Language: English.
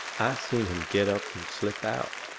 i seen him get up and slip out.